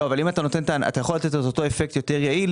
אתה יכול לתת את אותו האפקט באופן יותר יעיל,